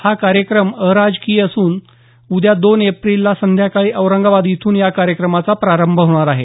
हा कार्यक्रम अराजकीय असून उद्या दोन एप्रिलला संध्याकाळी औरंगाबाद इथून या कार्यक्रमाचा प्रारंभ होणार आहे